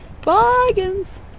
bargains